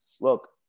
Look